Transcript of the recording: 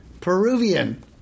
Peruvian